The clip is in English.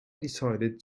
decided